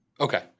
Okay